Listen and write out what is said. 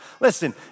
Listen